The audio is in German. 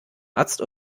arzt